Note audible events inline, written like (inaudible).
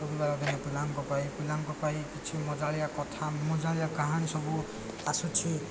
ସବୁବେଳେ (unintelligible) ପିଲାଙ୍କ ପାଇଁ ପିଲାଙ୍କ ପାଇଁ କିଛି ମଜାଳିଆ କଥା ମଜାଳିଆ କାହାଣୀ ସବୁ ଆସୁଛି